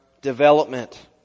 development